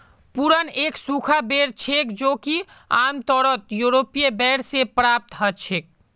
prune एक सूखा बेर छेक जो कि आमतौरत यूरोपीय बेर से प्राप्त हछेक